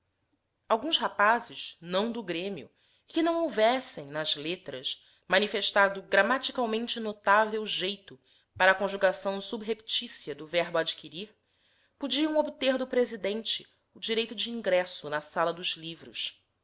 alguns rapazes não do grêmio e que não houvessem nas letras manifestado gramaticalmente notável jeito para a conjugação sub reptícia do verbo adquirir podiam obter do presidente o direito de ingresso na sala dos livros